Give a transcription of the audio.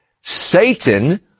Satan